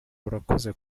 urakoze